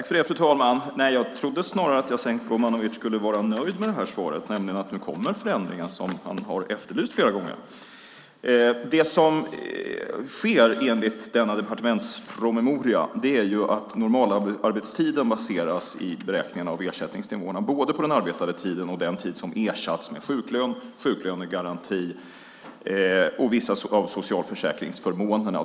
Fru talman! Jag trodde snarare att Jasenko Omanovic skulle vara nöjd med svaret, nämligen att nu kommer förändringen som han har efterlyst flera gånger. Det som sker enligt departementspromemorian är att beräkningarna av ersättningsnivåerna baseras på normalarbetstiden, både den arbetade tiden och den tid som ersatts med sjuklön, sjuklönegaranti och vissa av socialförsäkringsförmånerna.